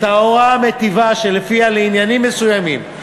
את ההוראה המיטיבה שלפיה לעניינים מסוימים,